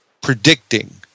predicting